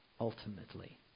ultimately